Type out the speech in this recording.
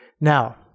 Now